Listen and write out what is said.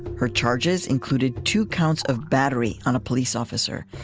her charges included two counts of battery on a police officer.